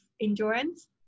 endurance